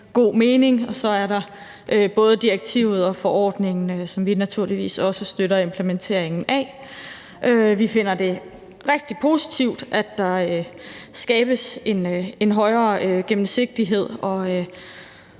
god mening. Og så er der både direktivet og forordningen, som vi naturligvis også støtter implementeringen af. Vi finder det rigtig positivt, at der skabes en højere gennemsigtighed, og